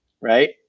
right